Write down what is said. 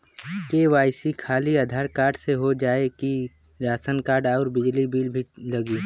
KYC खाली Aadhaar card से हो जाए कि राशन कार्ड अउर बिजली बिल भी लगी?